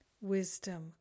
wisdom